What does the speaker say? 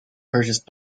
purchased